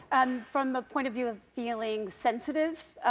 um from the point of view of feeling sensitive,